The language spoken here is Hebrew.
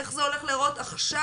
איך זה הולך להראות עכשיו,